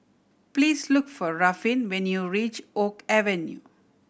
please look for Ruffin when you reach Oak Avenue